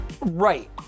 Right